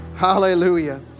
Hallelujah